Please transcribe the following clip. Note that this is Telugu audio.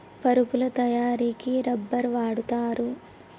పరుపుల తయారికి రబ్బర్ వాడుతారు